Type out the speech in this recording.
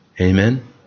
Amen